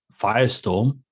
Firestorm